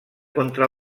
contra